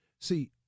See